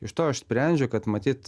iš to aš sprendžiu kad matyt